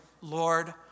Lord